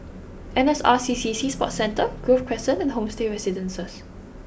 N S R C C Sea Sports Centre Grove Crescent and Homestay Residences